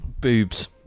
Boobs